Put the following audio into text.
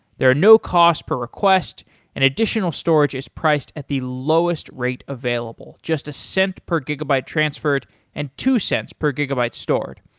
there are no cost per request and additional storage is priced at the lowest rate available. just a cent per gigabyte transferred and two cents per gigabyte stored.